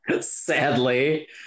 Sadly